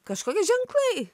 kažkokie ženklai